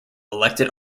elected